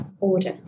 order